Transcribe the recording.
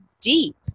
Deep